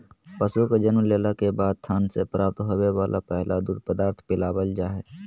पशु के जन्म लेला के बाद थन से प्राप्त होवे वला पहला दूध पदार्थ पिलावल जा हई